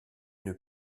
une